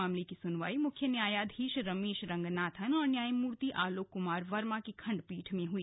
मामले की सुनवाई मुख्य न्यायधीश रमेश रंगनाथन और न्यायमूर्ति आलोक कुमार वर्मा की खण्डपीठ में हुई